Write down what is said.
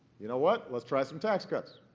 you know what, let's try some tax cuts.